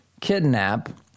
kidnap